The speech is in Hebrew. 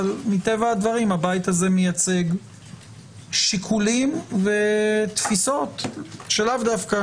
אבל מטבע הדברים הבית הזה מייצג שיקולים ותפיסות שלאו דווקא